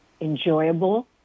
enjoyable